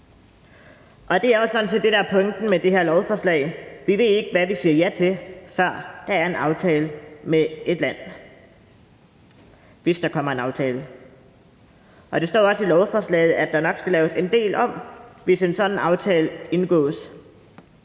Det er jo sådan set det, der er pointen med det her lovforslag: Vi ved ikke, hvad vi siger ja til, før der er en aftale med et land, hvis der kommer en aftale. Det står også i lovforslaget, at der nok skal laves en del om, hvis en sådan aftale indgås.